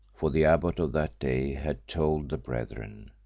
for the abbot of that day had told the brethren.